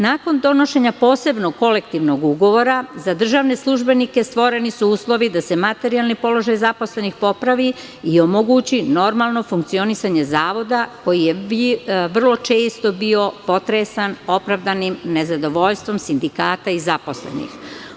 Nakon donošenja posebnog kolektivnog ugovora, za državne službenike su stvoreni uslovi da se materijalni položaj zaposlenih popravi i omogući normalno funkcionisanje zavoda koji je vrlo često bio potresan opravdanim nezadovoljstvom sindikata i zaposlenih.